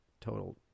total